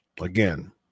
again